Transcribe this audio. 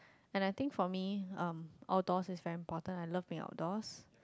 and I think for me um outdoors is very important I love being outdoors